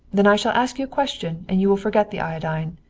then i shall ask you a question, and you will forget the iodine.